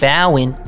Bowen